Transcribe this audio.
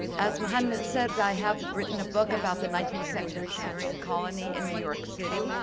as muhannad said, i have written a book about the nineteenth century syrian colony in new york city,